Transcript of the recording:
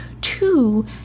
Two